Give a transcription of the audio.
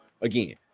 Again